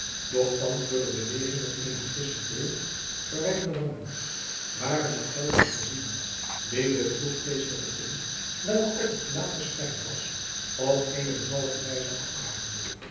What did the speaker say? thands door de beweging met eene frissche kleur geverwde wangen waren met kuiltjens voorzien die de droefgeestige tint welke op het gelaat verspreid was op eene bevallige wijze afbraken